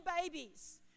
babies